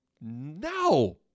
No